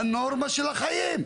זה הנורמה של החיים.